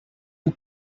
you